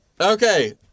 Okay